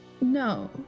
No